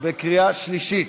התקבל בקריאה שנייה.